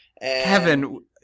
Kevin